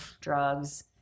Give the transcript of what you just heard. drugs